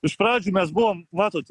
iš pradžių mes buvom matot